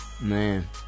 Man